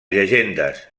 llegendes